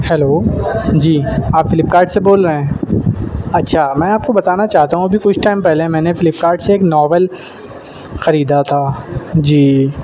hello جی آپ Flipkart سے بول رہے ہیں اچھا میں آپ کو بتانا چاہتا ہوں ابھی کچھ ٹائم پہلے میں نے فلپ کارٹ سے ایک ناول خریدا تھا جی